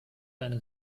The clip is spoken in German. eine